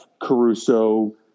Caruso